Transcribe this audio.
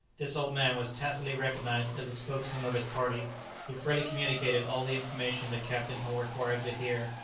this old man was tacitly recognized as the spokesman of his party he freely communicated all the information that captain hull required to hear,